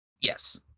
Yes